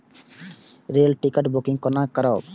Rail ticket booking कोना करब?